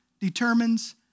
determines